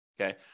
Okay